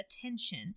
attention